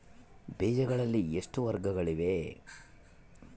ಬೇಜಗಳಲ್ಲಿ ಎಷ್ಟು ವರ್ಗಗಳಿವೆ?